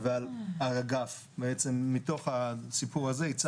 ועל האגף בעצם מתוך הסיפור הזה.